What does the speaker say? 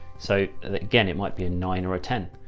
so again, it might be a nine or a ten,